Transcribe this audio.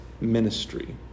ministry